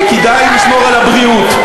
וכדאי לשמור על הבריאות.